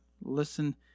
Listen